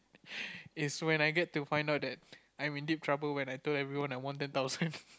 is when I get to find out that I'm in deep trouble when I told everyone that I won ten thousand